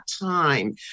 time